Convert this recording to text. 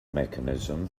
mechanism